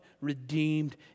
redeemed